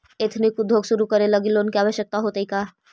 Ethnic उद्योग शुरू करे लगी लोन के आवश्यकता होतइ का?